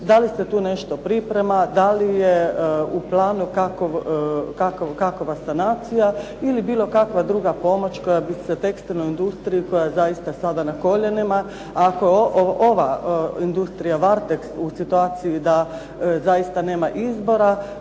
Da li se tu nešto priprema? Da li je u planu kakova sanacija ili bilo kakva druga pomoć koja bi se tekstilnoj industriji koja je sada na koljenima? Ako je ova industrija "Varteks" u situaciji da zaista nema izbora,